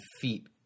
feet